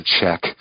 check